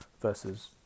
versus